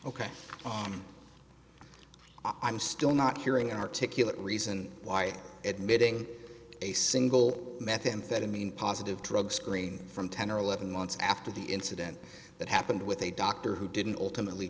ok i'm still not hearing articulate reason why admitting a single methamphetamine positive drug screen from ten or eleven months after the incident that happened with a doctor who didn't alternately